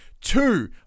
two